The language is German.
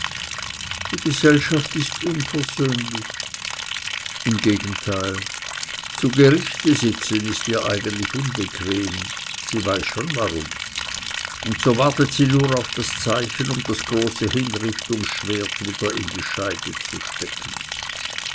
die gesellschaft ist unversöhnlich im gegenteil zu gerichte sitzen ist ihr eigentlich unbequem sie weiß schon warum und so wartet sie nur auf das zeichen um das große hinrichtungsschwert wieder in die scheide zu stecken